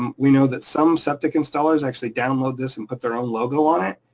um we know that some septic installers actually download this and put their own logo on it,